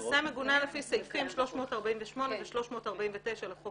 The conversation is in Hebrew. מעשה מגונה לפי סעיפים 348 ו-349 לחוק